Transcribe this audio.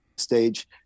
stage